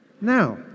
Now